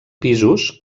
pisos